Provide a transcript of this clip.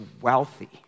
wealthy